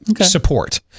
support